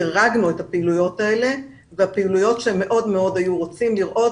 דירגנו את הפעילויות האלה והפעילויות שהם מאוד מאוד היו רוצים לראות,